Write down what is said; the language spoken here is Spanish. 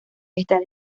estas